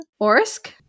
Orsk